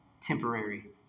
temporary